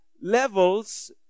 levels